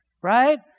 Right